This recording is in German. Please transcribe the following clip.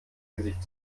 gesicht